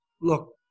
look